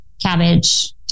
cabbage